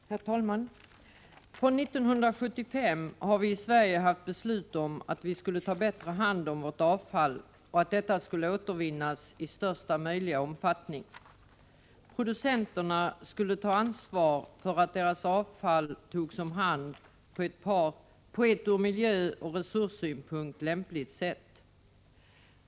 Herr talman! fr.o.m. 1975 har vi i Sverige haft ett beslut om att vi skulle ta bättre hand om vårt avfall och att detta skulle återvinnas i största möjliga omfattning. Producenterna skulle bära ansvaret för att deras avfall togs om hand på ett ur miljöoch resurssynpunkt lämpligt sätt.